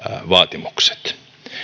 vaatimukset